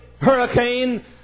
hurricane